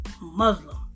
Muslim